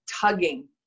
tugging